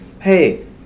hey